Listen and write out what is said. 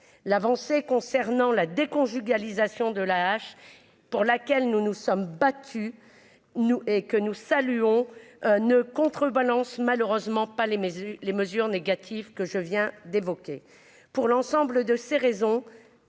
l'avancée concernant la déconjugalisation de la H pour laquelle nous nous sommes battus nous et que nous saluons ne contrebalance malheureusement pas les mesures, les mesures négatives que je viens d'évoquer pour l'ensemble de ces raisons,